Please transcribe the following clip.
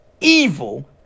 evil